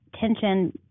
tension